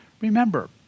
Remember